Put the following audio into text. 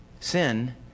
Sin